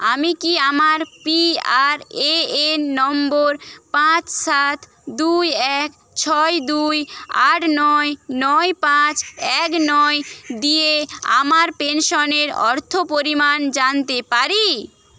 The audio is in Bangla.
আমি কি আমার পিআরএএন নম্বর পাঁচ সাত দুই এক ছয় দুই আট নয় নয় পাঁচ এক নয় দিয়ে আমার পেনশনের অর্থ পরিমাণ জানতে পারি